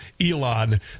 Elon